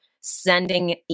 sending